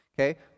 Okay